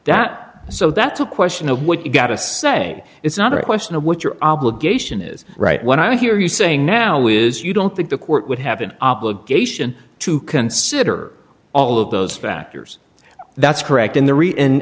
that so that's a question of what you got to say it's not a question of what your obligation is right when i hear you saying now is you don't think the court would have an obligation to consider all of those factors that's correct in the